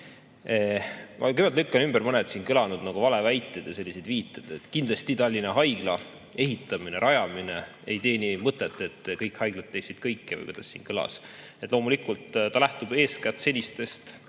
ma lükkan ümber mõned siin kõlanud valeväited ja sellised viited. Kindlasti Tallinna Haigla ehitamine, rajamine ei teeni mõtet, et kõik haiglad teeksid kõike, või kuidas see siin kõlas. Loomulikult ta lähtub eeskätt senistest